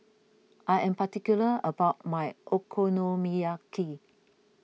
I am particular about my Okonomiyaki